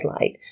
light